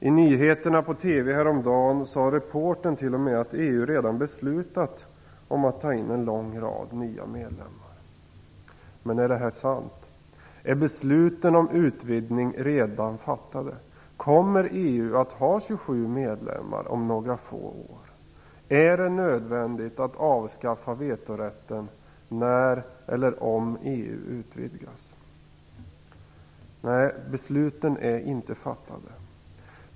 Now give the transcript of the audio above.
I nyheterna på TV häromdagen sade reportern t.o.m. att EU redan beslutat om att ta in en lång rad nya medlemmar. Men är det sant? Är besluten om utvidgningen redan fattade? Kommer EU att ha 27 medlemmar om några få år? Är det nödvändigt att avskaffa vetorätten när eller om EU utvidgas? Nej, besluten är inte fattade.